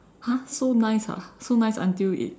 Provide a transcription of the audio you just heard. !huh! so nice ah so nice until it